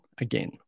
again